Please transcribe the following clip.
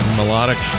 melodic